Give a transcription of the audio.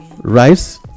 rice